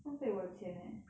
浪费我的钱 eh